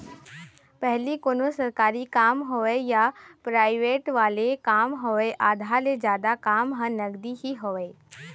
पहिली कोनों सरकारी काम होवय या पराइवेंट वाले काम होवय आधा ले जादा काम ह नगदी ही होवय